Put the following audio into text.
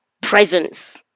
presence